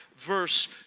Verse